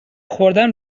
خوردن